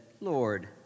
Lord